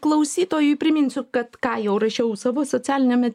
klausytojui priminsiu kad ką jau rašiau savo socialiniame